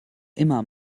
immer